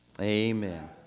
Amen